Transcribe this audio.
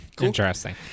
Interesting